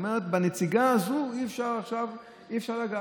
היא אומרת: בנציגה הזאת אי-אפשר עכשיו לגעת.